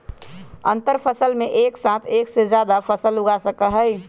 अंतरफसल में एक साथ एक से जादा फसल उगा सका हई